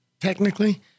technically